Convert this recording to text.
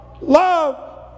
love